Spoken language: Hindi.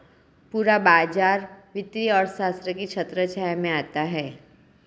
पूरा बाजार वित्तीय अर्थशास्त्र की छत्रछाया में आता है